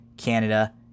Canada